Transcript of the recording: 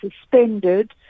suspended